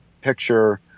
picture